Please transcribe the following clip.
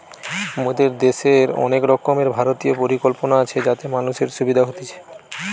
মোদের দ্যাশের অনেক রকমের ভারতীয় পরিকল্পনা আছে যাতে মানুষের সুবিধা হতিছে